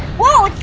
whoa!